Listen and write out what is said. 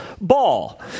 ball